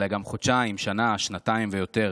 אלא גם חודשיים, שנה, שנתיים ויותר,